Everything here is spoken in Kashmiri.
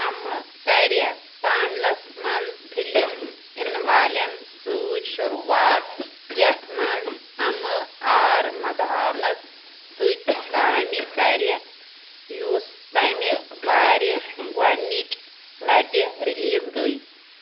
اَمہٕ کَرِ تامِلَس منٛز فلِم یِنہٕ والین سۭتۍ شروٗعات یَتھ منٛز اَمہٕ آر مدھاونَس سۭتۍ کٲمہِ کَرِ یوٚس تَمہِ وارِ گۄڈٕنِچہِ لَٹہِ رِلیٖز گٔے